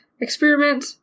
experiment